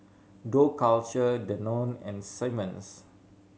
Dough Culture Danone and Simmons